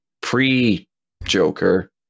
pre-Joker